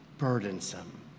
burdensome